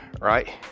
right